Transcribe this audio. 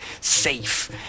safe